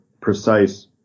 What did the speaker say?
precise